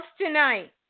tonight